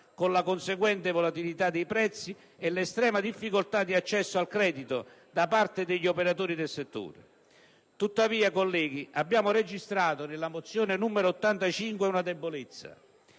con la conseguente volatilità dei prezzi e l'estrema difficoltà di accesso al credito da parte degli operatori del settore. Tuttavia, colleghi, nella mozione n. 85 (testo